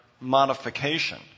modification